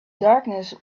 darkness